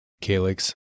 calyx